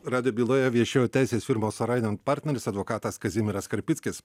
radijo byle viešėjo teisės firmos oraiden partneris advokatas kazimieras karpickis